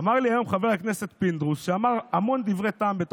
חברת הכנסת רייטן, אני מאוד מאוד שמח שבתוך